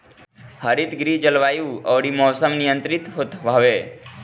हरितगृह जलवायु अउरी मौसम नियंत्रित होत हवे